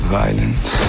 violence